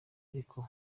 ariko